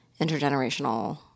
intergenerational